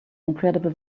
incredible